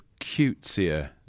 cutesier